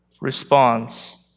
responds